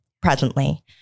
presently